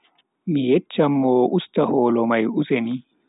Mi yecchan mo o usta holo mai useni.